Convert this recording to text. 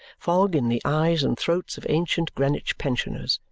fog in the eyes and throats of ancient greenwich pensioners,